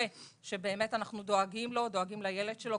שבאמת אנחנו דואגים לו ודואגים לילד שלו,